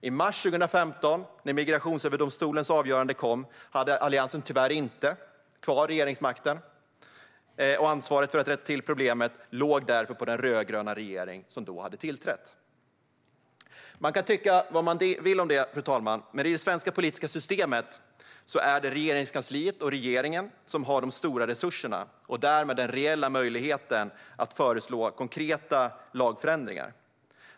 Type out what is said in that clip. I mars 2015, när Migrationsöverdomstolens avgörande kom, hade Alliansen tyvärr inte kvar regeringsmakten, och ansvaret för att rätta till problemet låg därför på den rödgröna regering som då hade tillträtt. Man kan tycka vad man vill om det, fru talman, men i det svenska politiska systemet är det Regeringskansliet och regeringen som har de stora resurserna och därmed den reella möjligheten att föreslå konkreta lagförändringar.